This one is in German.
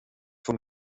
von